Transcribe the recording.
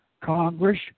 Congress